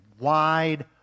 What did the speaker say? wide